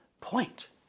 point